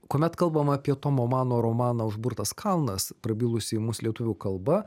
kuomet kalbam apie tomo mano romaną užburtas kalnas prabilusį į mus lietuvių kalba